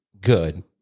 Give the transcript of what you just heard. Good